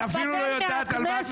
את אפילו לא יודעת על מה את